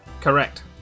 Correct